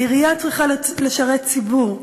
העירייה צריכה לשרת ציבור.